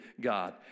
God